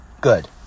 Good